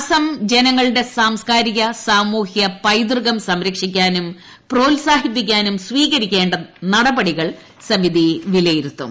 അസം ജനങ്ങളുടെ സാംസ്കാരിക സാമൂഹ്യ പൈതൃകം സംരക്ഷിക്കാനും പ്രോത്സാഹിപ്പിക്കാനും സ്വീകരി ക്കേണ്ട നടപടികൾ സമിതി വിലയിരുത്തും